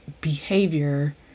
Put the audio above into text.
behavior